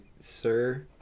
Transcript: sir